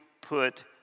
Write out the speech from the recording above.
put